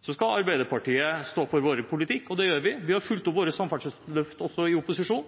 Så skal Arbeiderpartiet stå for sin politikk, og det gjør vi. Vi har fulgt opp våre samferdselsløfter også i opposisjon.